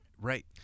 Right